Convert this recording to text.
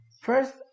First